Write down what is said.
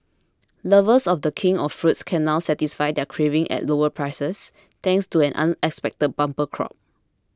lovers of the king of fruits can now satisfy their cravings at lower prices thanks to an unexpected bumper crop